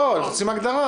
לא, רוצים הגדרה.